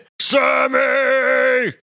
Sammy